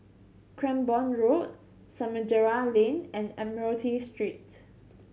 Cranborne Road Samudera Lane and Admiralty Street